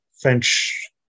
French